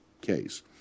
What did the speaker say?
case